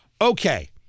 Okay